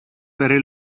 very